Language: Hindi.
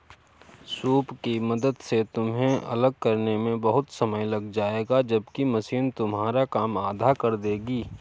सूप की मदद से तुम्हें अलग करने में बहुत समय लग जाएगा जबकि मशीन तुम्हारा काम आधा कर देगी